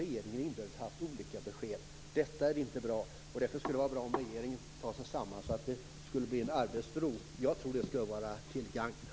Regeringen har inbördes i dessa frågor haft olika besked. Därför skulle det vara bra om regeringen tar sig samman så att det blir arbetsro. Det skulle vara till gagn för regeringen.